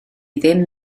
ddim